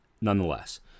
nonetheless